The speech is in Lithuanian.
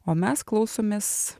o mes klausomės